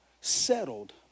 Settled